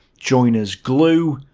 joiner's glue.